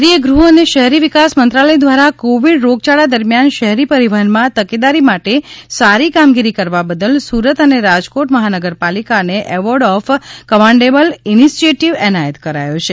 કેન્દ્રીય ગૃહ્ અને શહેરી વિકાસ મંત્રાલય દ્વારા કોવિડ રોગયાળા દરમિયાન શહેરી પરિવહનમાં તકેદારી માટે સારી કામગીરી કરવા બદલ સુરત અને રાજકોટ મહાનગરપાલિકાને એવોર્ડ ઓફ કમાન્ડેબલ ઇનીસીએટીવ એનાયત કરાયો છે